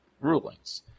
rulings